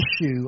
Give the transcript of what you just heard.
issue